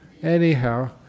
Anyhow